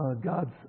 God's